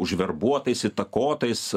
užverbuotais įtakotais